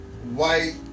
White